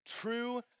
true